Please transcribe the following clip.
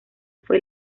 fue